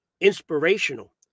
inspirational